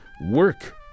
Work